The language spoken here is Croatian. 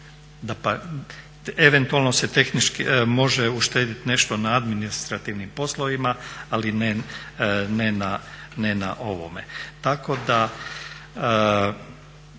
Eventualno se tehnički može uštedjeti nešto na administrativnim poslovima ali ne na ovome.